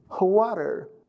water